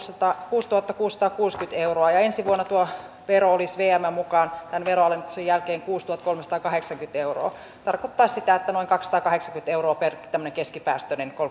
kuusituhattakuusisataakuusikymmentä euroa ja ensi vuonna tuo vero olisi vmn mukaan tämän veronalennuksen jälkeen kuusituhattakolmesataakahdeksankymmentä euroa se tarkoittaa noin kaksisataakahdeksankymmentä euroa per tämmöinen keskipäästöinen